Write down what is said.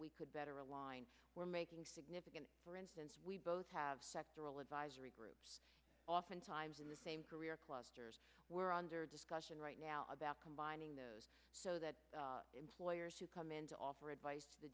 we could better align we're making significant for instance we both have sectoral advisory groups oftentimes in the same career clusters we're under discussion right now about combining those so that employers who come in to offer advice t